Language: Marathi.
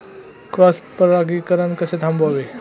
क्रॉस परागीकरण कसे थांबवावे?